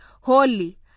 holy